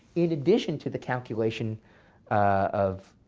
in addition to the calculation of